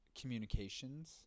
communications